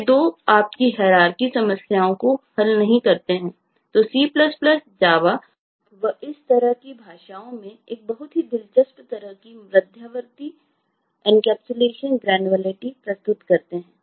ये 2 आपकी हैरारकी प्रस्तुत करते हैं